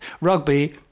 rugby